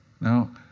Now